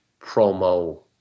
promo